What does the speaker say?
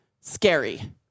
scary